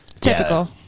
Typical